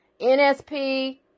nsp